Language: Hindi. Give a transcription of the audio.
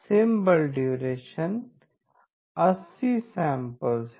सिंबॉल ड्यूरेशन 80 सैंपल्स है